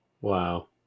Wow